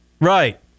right